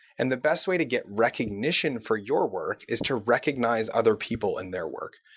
and the best way to get recognition for your work is to recognize other people in their work.